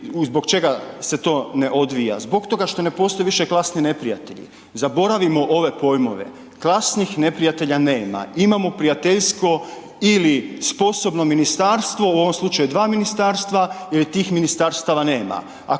zbog čega se to ne odvija, zbog toga što ne postoje više klasni neprijatelji, zaboravimo ove pojmove. Klasnih neprijatelja nema, imamo prijateljsko ili sposobno ministarstvo u ovom slučaju dva ministarstva jer je tih ministarstva nema,